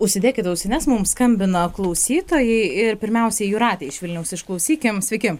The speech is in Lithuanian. užsidėkit ausines mum skambina klausytojai ir pirmiausia jūratę iš vilniaus išklausykim sveiki